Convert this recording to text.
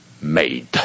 made